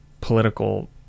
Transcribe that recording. political